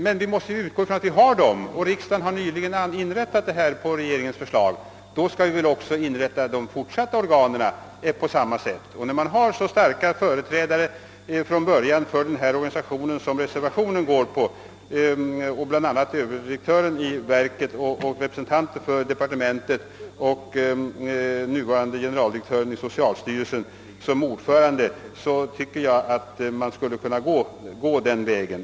Men vi måste ju arbeta från den utgångspunkten att vi har olika organ, som riksdagen har inrättat på regeringens förslag, och då skall vi väl också inrätta nytillkomna organ på samma sätt. När det redan från början finns så starka företrädare för den organisation som reservationen förordar, bl.a. överdirektören i verket, representanter för departementet och nuvarande generaldierktören i socialstyrelsen som ordförande, så tycker jag att man skulle kunna gå den vägen.